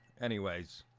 anyways,